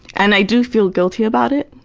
and i do feel guilty about it,